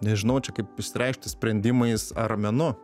nežinau čia kaip išsireikšti sprendimais ar menu